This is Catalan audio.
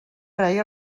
reia